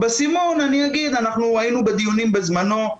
בעניין הסימון היינו בדיונים בזמנו,